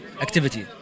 activity